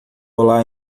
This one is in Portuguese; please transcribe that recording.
olá